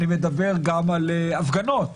אני מדבר גם על הפגנות.